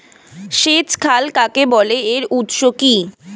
সেচ খাল কাকে বলে এর উৎস কি?